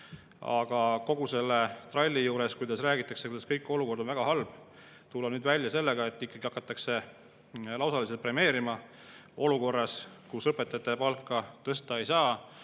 Aga kogu selle tralli juures, kui räägitakse, kuidas olukord on väga halb, tulla nüüd välja sellega, et hakata lausaliselt premeerima, olukorras, kus õpetajate palka tõsta ei saa?